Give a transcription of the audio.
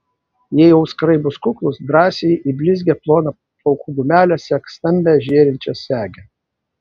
jei auskarai bus kuklūs drąsiai į blizgią ploną plaukų gumelę sek stambią žėrinčią segę